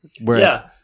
Whereas